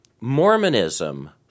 Mormonism